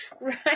Right